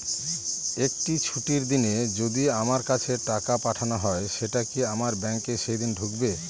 একটি ছুটির দিনে যদি আমার কাছে টাকা পাঠানো হয় সেটা কি আমার ব্যাংকে সেইদিন ঢুকবে?